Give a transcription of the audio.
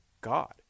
God